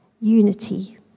unity